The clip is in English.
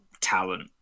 talent